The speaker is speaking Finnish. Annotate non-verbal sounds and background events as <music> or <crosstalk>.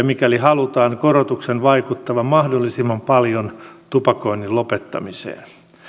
<unintelligible> mikäli halutaan korotuksen vaikuttavan mahdollisimman paljon tupakoinnin lopettamiseen